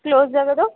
close ಆಗೋದು